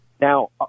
Now